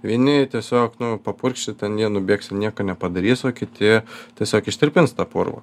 vieni tiesiog papurkšit ten jie nubėgs ir nieko nepadarys o kiti tiesiog ištirpins tą purvą